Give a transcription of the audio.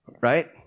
Right